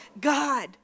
God